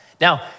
Now